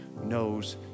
knows